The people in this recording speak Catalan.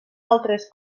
altres